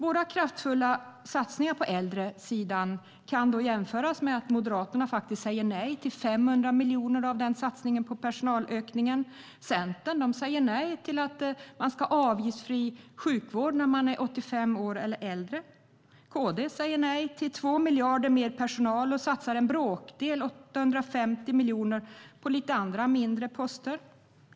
Våra kraftfulla satsningar på äldresidan kan jämföras med att Moderaterna säger nej till 500 miljoner av satsningen på personalökningen. Centern säger nej till avgiftsfri sjukvård för dem som är 85 år eller äldre. KD säger nej till 2 miljarder till mer personal och satsar en bråkdel, 850 miljoner, på lite andra, mindre poster.